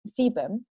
sebum